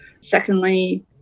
Secondly